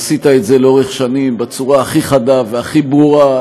עשית את זה לאורך שנים בצורה הכי חדה והכי ברורה,